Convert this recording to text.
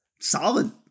Solid-